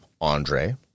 Andre